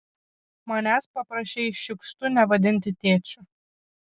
manęs paprašei šiukštu nevadinti tėčiu